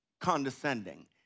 condescending